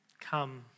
Come